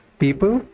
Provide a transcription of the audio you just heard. people